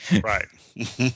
Right